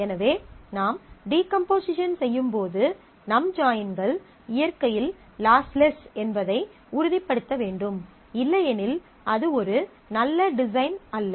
எனவே நாம் டீகம்போசிஷன் செய்யும்போது நம் ஜாயின்கள் இயற்கையில் லாஸ்லெஸ் என்பதை உறுதிப்படுத்த வேண்டும் இல்லையெனில் அது ஒரு நல்ல டிசைன் அல்ல